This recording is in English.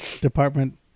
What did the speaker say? Department